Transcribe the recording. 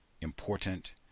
important